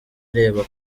areba